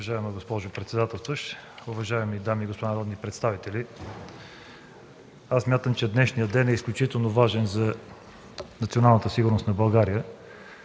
Уважаема госпожо председател, уважаеми дами и господа народни представители! Аз смятам, че днешният ден е изключително важен за националната сигурност на България,